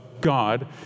God